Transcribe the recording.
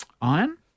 iron